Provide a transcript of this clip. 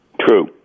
True